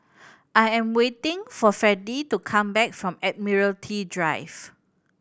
I am waiting for Freddie to come back from Admiralty Drive